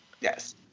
yes